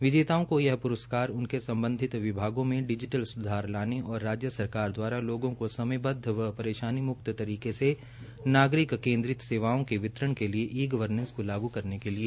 विजेताओं को यह पुरस्कार उनके संबंधित विभागों में डिजिटल सुधार लाने और राज्य सरकार द्वारा लोगों को समयबद्व व परेशानी मुक्त तरीके से नागरिक केंद्रित सेवाओं के वितरण के लिए ई गवर्नेस को लागू करने के लिए दिया गया है